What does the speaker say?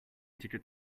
ticket